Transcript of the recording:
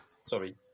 Sorry